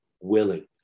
willing